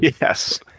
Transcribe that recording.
Yes